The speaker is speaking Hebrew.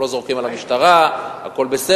אנחנו לא זורקים על המשטרה, הכול בסדר.